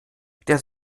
der